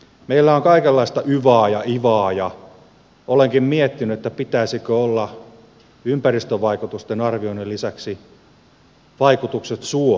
meillä on kaikenlaista yvaa ja ivaa ja olenkin miettinyt pitäisikö olla ympäristövaikutusten arvioinnin lisäksi vaikutukset suomeen suva